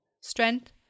Strength